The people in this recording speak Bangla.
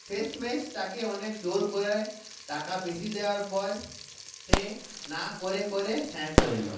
শেষমেশ তাকে অনেক জোর করে টাকা বেশি দেওয়ার পর সে না করে করে হ্যাঁ করলো